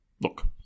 Look